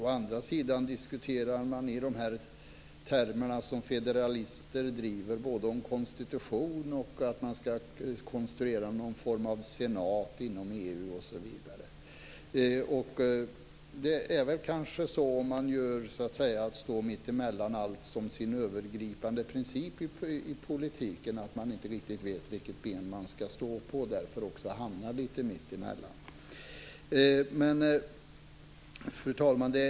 Å andra sidan diskuterar man i de termer som federalisterna driver - om konstitution, om att man ska konstruera någon form av senat inom EU osv. Det blir kanske så om man gör detta med att stå mittemellan allt som sin övergripande princip i politiken: Man vet inte riktigt vilket ben man ska stå på, och därför hamnar man lite mittemellan. Fru talman!